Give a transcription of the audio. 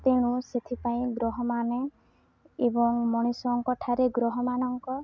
ତେଣୁ ସେଥିପାଇଁ ଗ୍ରହମାନେ ଏବଂ ମଣିଷଙ୍କ ଠାରେ ଗ୍ରହମାନଙ୍କ